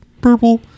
purple